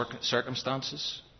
circumstances